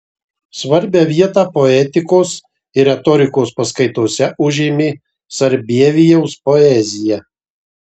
svarbią vietą poetikos ir retorikos paskaitose užėmė sarbievijaus poezija